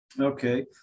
Okay